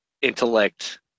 intellect